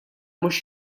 mhux